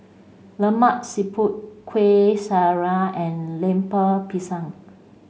Lemak Siput Kueh Syara and Lemper Pisang